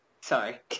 Sorry